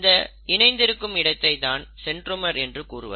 இந்த இணைந்து இருக்கும் இடத்தை தான் சென்ட்ரோமர் என்று கூறுவர்